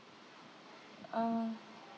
um